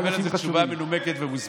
אתה תקבל על זה תשובה מנומקת ומוסברת.